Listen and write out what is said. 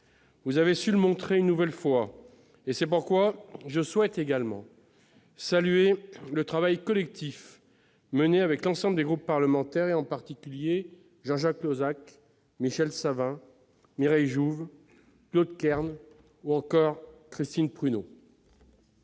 Vous avez su le montrer une nouvelle fois, et c'est pourquoi je souhaite également saluer le travail collectif mené par l'ensemble des groupes parlementaires, en particulier par Jean-Jacques Lozach, Michel Savin, Mireille Jouve, Claude Kern et Christine Prunaud.